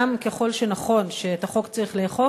גם ככל שנכון שאת החוק צריך לאכוף,